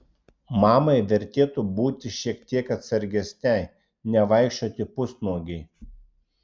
mamai vertėtų būti šiek tiek atsargesnei nevaikščioti pusnuogei